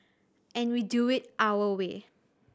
and we do it our way